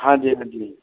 ਹਾਂਜੀ ਹਾਂਜੀ